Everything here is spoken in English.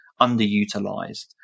underutilized